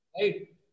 Right